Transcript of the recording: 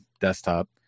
desktop